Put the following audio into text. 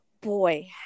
boy